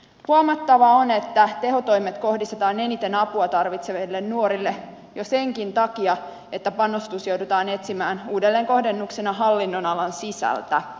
huomattavaa on että tehotoimet kohdistetaan eniten apua tarvitseville nuorille jo senkin takia että panostus joudutaan etsimään uudelleenkohdennuksena hallinnonalan sisältä